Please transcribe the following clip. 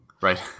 Right